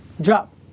drop